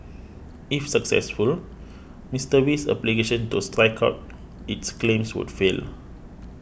if successful Mister Wee's application to strike out its claims would fail